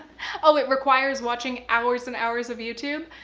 oh, it requires watching hours and hours of youtube?